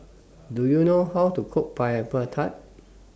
Do YOU know How to Cook Pineapple Tart